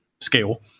scale